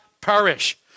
perish